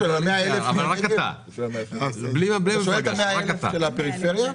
ה-100,000 של הפריפריה?